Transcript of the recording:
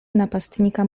napastnika